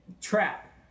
trap